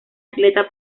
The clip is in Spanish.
atleta